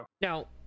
Now